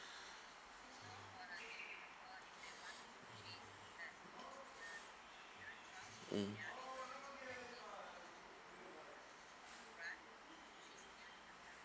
mm